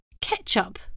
Ketchup